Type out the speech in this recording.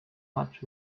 much